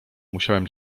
musiałem